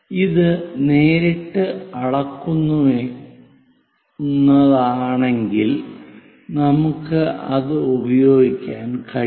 ഇത് നേരിട്ട് അളക്കാവുന്നതാണെങ്കിൽ നമുക്ക് അത് ഉപയോഗിക്കാൻ കഴിയും